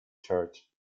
church